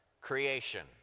Creation